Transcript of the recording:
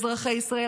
אזרחי ישראל,